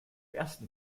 ersten